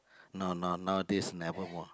no no nowadays never watch